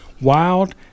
wild